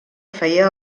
feia